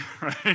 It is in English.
right